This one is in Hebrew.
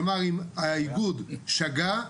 כלומר אם האיגוד שגה,